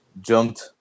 Jumped